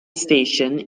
station